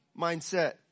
mindset